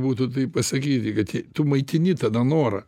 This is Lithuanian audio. būtų taip pasakyti kad jei tu maitini tada norą